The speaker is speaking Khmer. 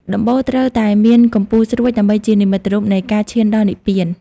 ដំបូល ត្រូវតែមានកំពូលស្រួចដើម្បីជានិមិត្តរូបនៃការឈានដល់និព្វាន។